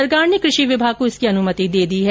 सरकार ने कृषि विभाग को इसकी अनुमति दे दी है